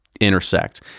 intersect